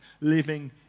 living